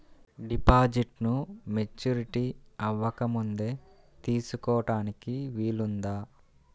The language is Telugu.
డిపాజిట్ను మెచ్యూరిటీ అవ్వకముందే తీసుకోటానికి వీలుందా?